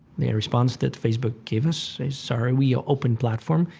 the response that facebook gave us is, sorry, we are open platform,